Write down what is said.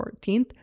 14th